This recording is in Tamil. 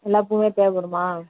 எல்லா பூவுமே தேவைப்படுமா